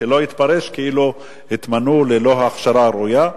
שלא יתפרש כאילו הם התמנו ללא ההכשרה הראויה.